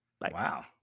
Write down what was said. Wow